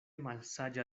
malsaĝa